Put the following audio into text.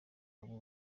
abo